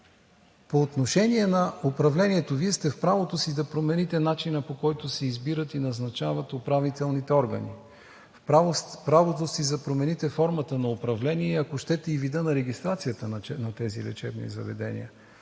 По отношение на управлението Вие сте в правото си да промените начина, по който се избират и назначават управителните органи. В правото сте си и да промените формата на управление и, ако щете, и вида на регистрацията на тези лечебни заведения.